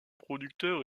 producteur